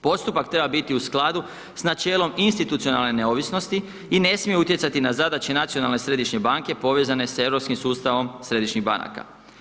Postupak treba biti u skladu s načelom institucionalne neovisnosti i ne smije utjecati na zadaće Nacionalne središnje banke, povezanim sa europskim sustavom središnjih banaka.